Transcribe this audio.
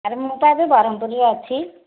ଆରେ ମୁଁ ପା ଏବେ ବରହମପୁର ରେ ଅଛି